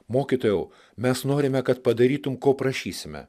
mokytojau mes norime kad padarytum ko prašysime